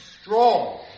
strong